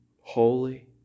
holy